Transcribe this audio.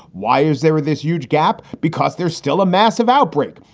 why is there this huge gap? because there's still a massive outbreak.